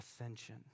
ascension